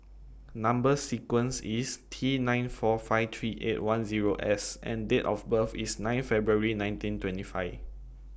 Number sequence IS T nine four five three eight one Zero S and Date of birth IS nine February nineteen twenty five